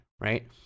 right